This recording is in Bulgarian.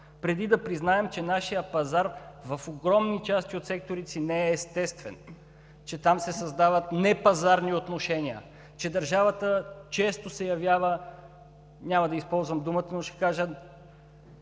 преди да признаем, че нашият пазар в огромни части от секторите си не е естествен, че там се създават непазарни отношения, че държавата често се явява – няма да използвам думата, но ще кажа